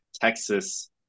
Texas